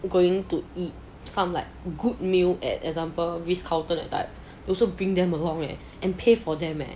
going to eat some like good meal at example ritz carlton that type also bring them along leh and pay for them leh